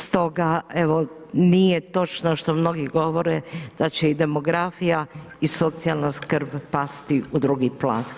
Stoga evo nije točno što mnogi govore da će i demografija i socijalna skrb pasti u drugi plan.